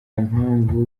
mpamvu